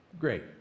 Great